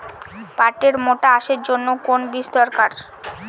পাটের মোটা আঁশের জন্য কোন বীজ দরকার?